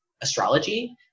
astrology